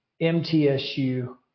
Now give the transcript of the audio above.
MTSU